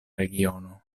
regiono